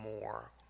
more